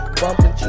bumping